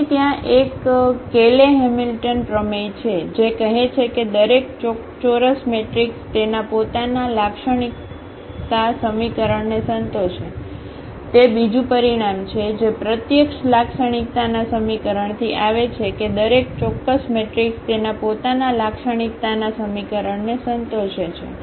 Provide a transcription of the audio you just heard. તેથી ત્યાં એક કેલે હેમિલ્ટન પ્રમેય છે જે કહે છે કે દરેક ચોરસ મેટ્રિક્સ તેના પોતાના લાક્ષણિકતા સમીકરણને સંતોષે છે તે બીજું પરિણામ છે જે પ્રત્યક્ષ લાક્ષણિકતાના સમીકરણથી આવે છે કે દરેક ચોરસ મેટ્રિક્સ તેના પોતાના લાક્ષણિકતાના સમીકરણને સંતોષે છે